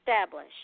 establish